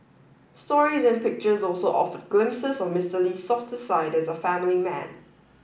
stories and pictures also offered glimpses of Mister Lee's softer side as a family man